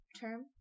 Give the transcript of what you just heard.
term